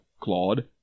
Claude